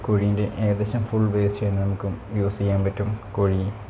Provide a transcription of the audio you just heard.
കോഴിൻ്റെ ഏകദേശം full waste തന്നെ നമുക്ക് യൂസ് ചെയ്യാൻ പറ്റും കോഴി